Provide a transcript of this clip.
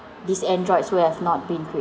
this androids will have not been